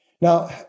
Now